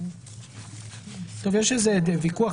יש איזה ויכוח,